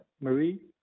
Marie